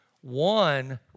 One